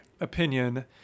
opinion